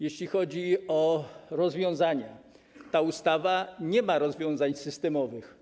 Jeśli chodzi o rozwiązania, to ta ustawa nie ma nowych rozwiązań systemowych.